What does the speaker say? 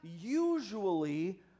usually